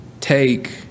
Take